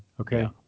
Okay